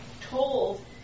told